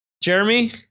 Jeremy